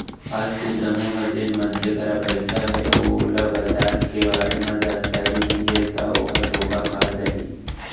आज के समे म जेन मनसे करा पइसा हे अउ ओला बजार के बारे म जानकारी नइ ता ओहा धोखा खा जाही